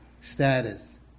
status